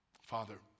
Father